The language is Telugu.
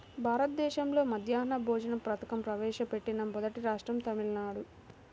భారతదేశంలో మధ్యాహ్న భోజన పథకం ప్రవేశపెట్టిన మొదటి రాష్ట్రం తమిళనాడు